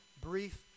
brief